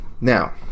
Now